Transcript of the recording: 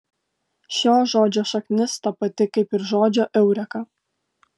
šio žodžio šaknis ta pati kaip ir žodžio eureka